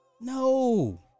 no